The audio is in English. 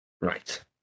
Right